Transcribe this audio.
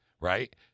Right